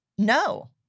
No